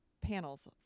panels